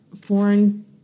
foreign